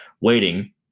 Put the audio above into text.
waiting